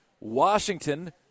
Washington